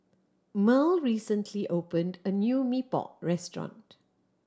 Mearl recently opened a new Mee Pok restaurant